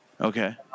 Okay